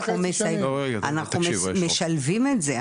אנחנו משלבים את זה,